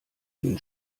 den